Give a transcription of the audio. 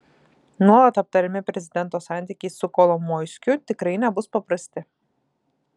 nuolat aptariami prezidento santykiai su kolomoiskiu tikrai nebus paprasti